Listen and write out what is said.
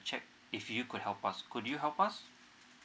check if you could help us could you help us